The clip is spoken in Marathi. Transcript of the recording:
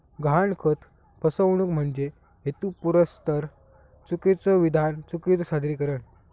गहाणखत फसवणूक म्हणजे हेतुपुरस्सर चुकीचो विधान, चुकीचो सादरीकरण